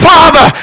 Father